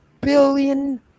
billion